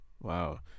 Wow